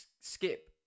skip